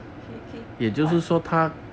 可以可以换